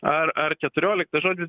ar ar keturioliktą žodžiu